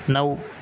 नऊ